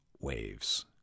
waves